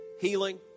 healing